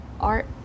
art